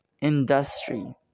industry